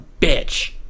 bitch